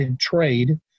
trade